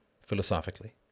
Philosophically